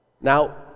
Now